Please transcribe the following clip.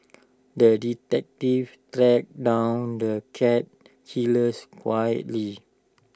the detective tracked down the cat killers